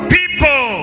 people